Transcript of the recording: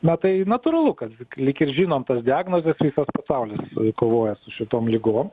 na tai natūralu kad lyg ir žinom tas diagnozes visas pasaulis kovoja su šitom ligom